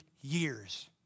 years